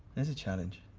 there's a challenge.